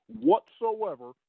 whatsoever